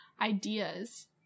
ideas